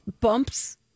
bumps